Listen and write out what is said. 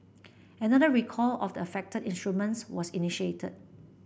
another recall of the affected instruments was initiated